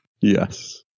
Yes